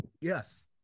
Yes